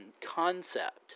concept